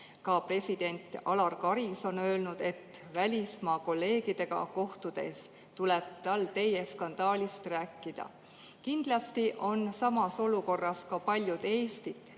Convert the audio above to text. Ka president Alar Karis on öelnud, et välismaa kolleegidega kohtudes tuleb tal teie skandaalist rääkida. Kindlasti on samas olukorras ka paljud Eestit